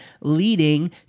leading